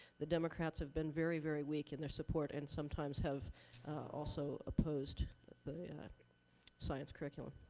the democrats have been very, very weak in their support and sometimes have also opposed the science curriculum.